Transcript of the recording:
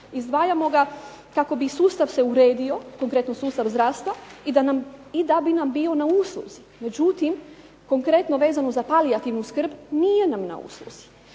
Izdvajamo ga kako bi sustav se uredio, konkretno sustav zdravstva i da bi nam bio na usluzi. Međutim, konkretno vezano za palijativnu skrb nije nam na usluzi.